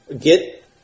get